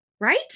right